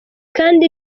kandi